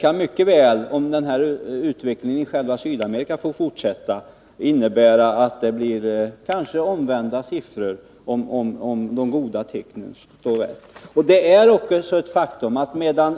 kan mycket väl, om de goda tecknen är riktiga och utvecklingen i Sydamerika får fortsätta, komma att se annorlunda ut.